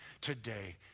today